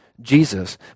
jesus